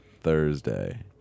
Thursday